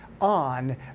on